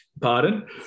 Pardon